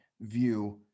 view